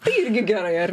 tai irgi gerai ar